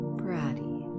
bratty